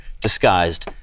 disguised